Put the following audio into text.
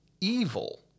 evil